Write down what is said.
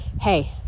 hey